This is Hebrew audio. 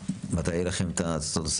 מתי יהיה לכם את הסקר?